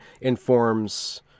informs